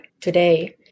today